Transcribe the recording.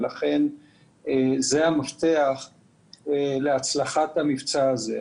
ולכן זה המפתח להצלחת המבצע הזה.